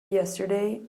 yesterday